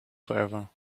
forever